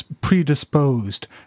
predisposed